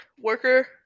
worker